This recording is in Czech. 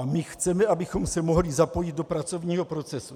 My chceme, abychom se mohli zapojit do pracovního procesu.